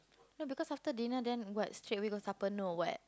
no because after dinner then what straight away go supper no [what]